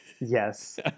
Yes